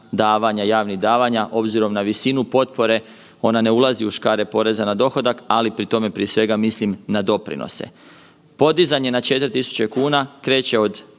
javnih davanja obzirom na visinu potpore, ona ne ulazi u škare poreza na dohodak, ali pri tome prije svega mislim na doprinose. Podizanje na 4.000,00 kn kreće od